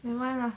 nevermind lah